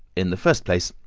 in the first place,